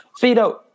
Fido